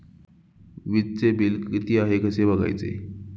वीजचे बिल किती आहे कसे बघायचे?